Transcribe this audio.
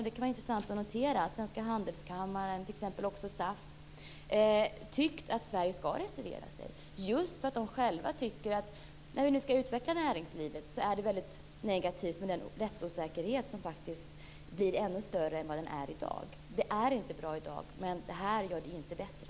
Det kan vara intressant att notera att Stockholms handelskammare och även SAF har ansett att Sverige skall reservera sig just för att de tycker att det när vi nu skall utveckla näringslivet är väldigt negativt att rättsosäkerheten på det här sättet faktiskt blir ännu större än vad den är i dag. Det är inte bra i dag, men det här gör det inte bättre.